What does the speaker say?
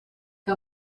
que